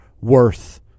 worth